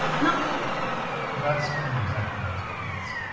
not fully that's been exactly my experience.